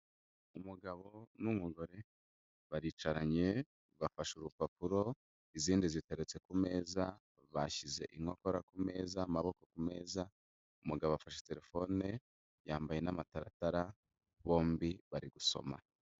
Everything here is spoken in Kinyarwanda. Umugabo n'umugore baricaranye, bafashe urupapuro, izindi ziteretse ku meza, bashyize inkokora ku meza, amaboko ku meza, umugabo afashe terefone yambaye n'amataratara, bombi bari gusoma.